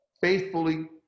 Faithfully